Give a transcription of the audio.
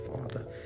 Father